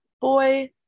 boy